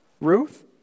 Ruth